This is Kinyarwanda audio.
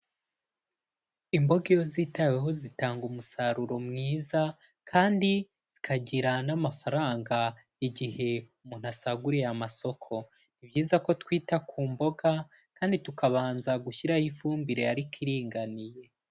Imboga iyo zitaweho zitanga umusaruro mwiza kandi zikagira n'amafaranga igihe umuntu asaguriye amasoko, ni byiza ko twita ku mboga kandi tukabanza gushyiraho ifumbire ariko iringaniye.